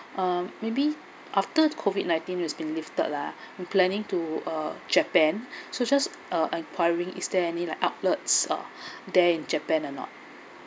uh maybe after COVID nineteen has been lifted lah I'm planning to uh japan so just uh acquiring is there any like outlets uh there in japan or not